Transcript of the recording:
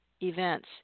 events